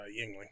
yingling